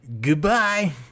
goodbye